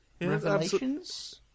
Revelations